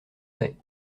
fait